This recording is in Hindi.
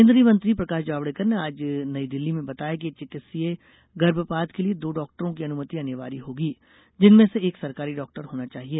केन्द्रीय मंत्री प्रकाश जावडेकर ने आज नई दिल्ली में बताया कि चिकित्सीय गर्भपात के लिए दो डॉक्टरों की अनुमति अनिवार्य होगी जिनमें से एक सरकारी डॉक्टर होना चाहिए